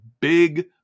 big